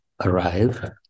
arrive